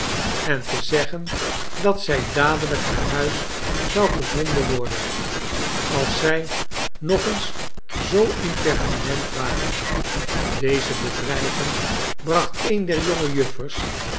en te zeggen dat zij dadelijk naar huis zouden gezonden worden als zij nog eens zoo impertinent waren deze bedreiging bracht een der jonge